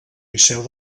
liceu